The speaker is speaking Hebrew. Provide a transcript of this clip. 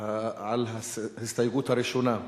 על ההסתייגות הראשונה.